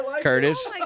Curtis